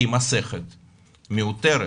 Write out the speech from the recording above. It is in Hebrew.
כי היא מסכת מיותרת.